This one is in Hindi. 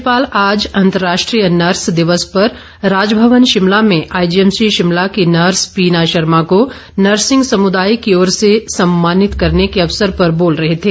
राज्यपाल आज अंतर्राष्ट्रीय नर्स दिवस पर राजभवन शिमला में आईजीएमसी शिमला की नर्स पीना शर्मा को नर्सिंग समुदाय की ओर से सम्मानित करने के अवसर पर बोल रहे थे